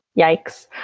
yikes.